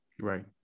Right